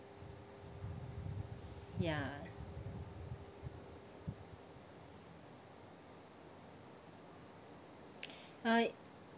ya I